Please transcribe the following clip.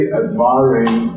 admiring